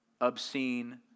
obscene